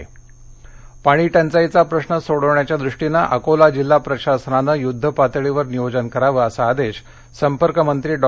दष्काळ अकोला पाणी टंचाईचा प्रश्न सोडवण्याच्या दृष्टीने अकोला जिल्हा प्रशासनान युद्ध पातळीवर नियोजन करावं असा आदेश संपर्क मंत्री डॉ